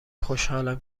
خوشحالم